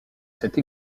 cette